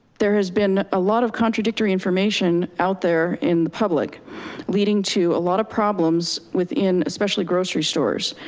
there has been a lot of contradictory information out there in the public leading to a lot of problems within especially grocery stores.